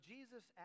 Jesus